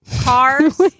cars